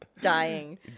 dying